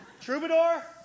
Troubadour